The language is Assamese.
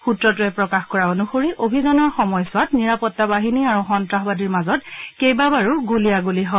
সুত্ৰটোৱে প্ৰকাশ কৰা অনুসৰি অভিযানৰ সময়ছোৱাত নিৰাপত্তাবাহিনী আৰু সন্ত্ৰাসবাদীৰ মাজত কেইবাবাৰো গুলিয়াগুলি হয়